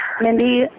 Mindy